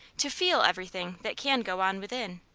to feel everything that can go on within.